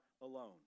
alone